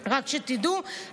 רק שתדעו,